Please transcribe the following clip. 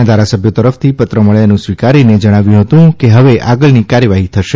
ના ધારાસભ્યો તરફથી પત્ર મળ્યાનું સ્વીકારીને જણાવ્યું હતું કે હવે આગળની કાર્યવાહી થશે